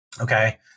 okay